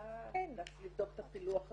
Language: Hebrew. יכולה לבדוק את הפילוח הזה.